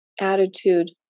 attitude